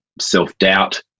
self-doubt